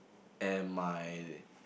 and my